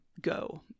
go